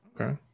Okay